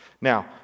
Now